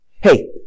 Hey